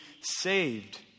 saved